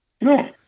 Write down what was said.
No